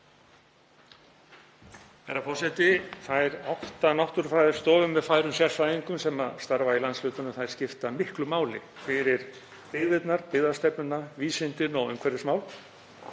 Þær átta náttúrufræðistofur með færum sérfræðingum sem starfa í landshlutunum skipta miklu máli fyrir byggðirnar, byggðastefnuna, vísindin og umhverfismál.